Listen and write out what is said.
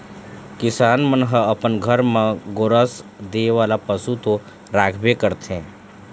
किसान मन ह अपन घर म गोरस दे वाला पशु तो राखबे करथे